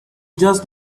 just